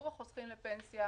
אותם